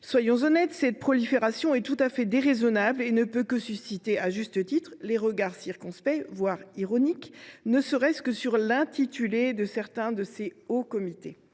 Soyons honnêtes : cette prolifération est tout à fait déraisonnable et ne peut qu’attirer, à juste titre, des regards circonspects, voire ironiques, ne serait ce qu’en raison de l’intitulé de certains de ces « hauts » comités…